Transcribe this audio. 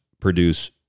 produce